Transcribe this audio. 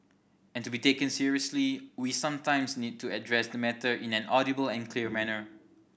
and to be taken seriously we sometimes need to address the matter in an audible and clear manner